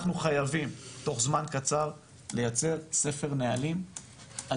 אנחנו חייבים תוך זמן קצר לייצר ספר נהלים על